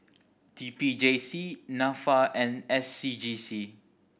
T P J C Nafa and S C G C